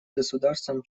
государствам